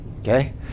okay